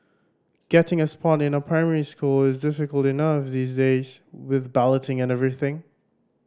getting a spot in a primary school is difficult enough these days with balloting and everything